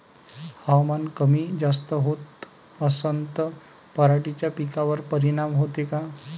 हवामान कमी जास्त होत असन त पराटीच्या पिकावर परिनाम होते का?